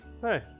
Hey